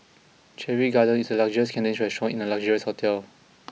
Cherry Garden is a luxurious Cantonese restaurant in a luxurious hotel